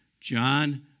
John